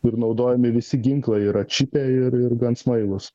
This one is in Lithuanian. ir naudojami visi ginklai ir atšipę ir ir gan smailūs